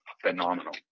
phenomenal